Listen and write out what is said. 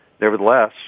nevertheless